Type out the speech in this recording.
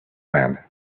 man